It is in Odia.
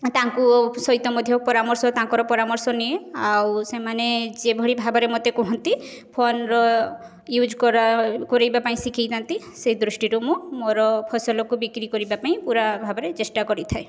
ତାଙ୍କୁ ସହିତ ମଧ୍ୟ ପରାମର୍ଶ ତାଙ୍କର ପରାମର୍ଶ ନିଏ ଆଉ ସେମାନେ ଯେଉଁ ଭଳି ଭାବରେ ମୋତେ କୁହନ୍ତି ଫୋନ୍ର ୟୁଜ୍ କରା କଡ଼ାଇବା ପାଇଁ ଶିଖାଇଥାନ୍ତି ସେଇ ଦୃଷ୍ଟିରୁ ମୁଁ ମୋର ଫସଲକୁ ବିକ୍ରୀ କରିବା ପାଇଁ ପୁରା ଭାବରେ ଚେଷ୍ଟା କରିଥାଏ